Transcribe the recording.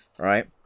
Right